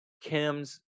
Kim's